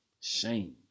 shame